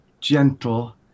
gentle